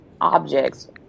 objects